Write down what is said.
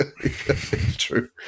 True